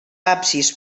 absis